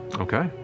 Okay